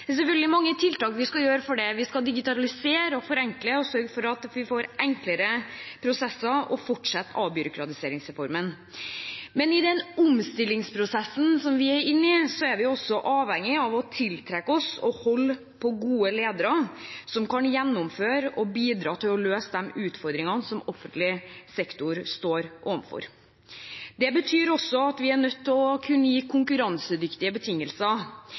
Det er selvfølgelig mange tiltak vi skal gjøre for det. Vi skal digitalisere og forenkle, og sørge for at vi få enklere prosesser og fortsette avbyråkratiseringsreformen. Men i den omstillingsprosessen som vi er inne i, er vi også avhengig av å tiltrekke oss og holde på gode ledere som kan gjennomføre og bidra til å løse de utfordringene som offentlig sektor står overfor. Det betyr at vi også er nødt til å kunne gi konkurransedyktige betingelser.